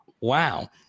Wow